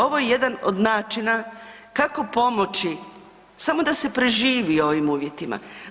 Ovo je jedan od način kako pomoći, samo da se preživi u ovim uvjetima.